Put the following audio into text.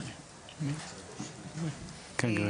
כן, גברתי.